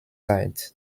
side